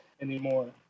anymore